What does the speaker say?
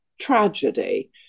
tragedy